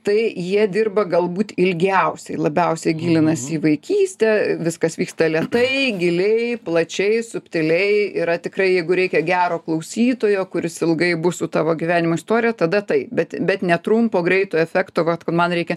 tai jie dirba galbūt ilgiausiai labiausiai gilinasi į vaikystę viskas vyksta lėtai giliai plačiai subtiliai yra tikrai jeigu reikia gero klausytojo kuris ilgai bus su tavo gyvenimo istorija tada tai bet bet ne trumpo greito efekto va man reikia